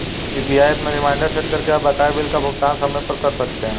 UPI app में reminder set करके आप बकाया बिल का भुगतान समय पर कर सकते हैं